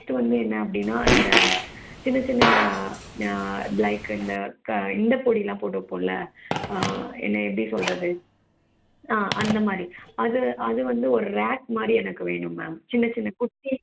next வந்து என்ன அப்படின்னா இந்த சின்ன சின்ன லைக்கு இந்த இந்த பொடியெலாம் போட்டு வைப்போம்ல என்ன எப்படி சொல்கிறது ஆ அந்தமாதிரி அது அது வந்து ஒரு ரேக் மாதிரி எனக்கு வேணும் மேம் சின்ன சின்ன குட்டி